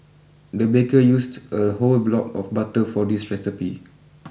the baker used a whole block of butter for this recipe